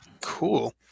Cool